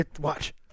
Watch